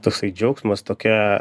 toksai džiaugsmas tokia